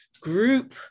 group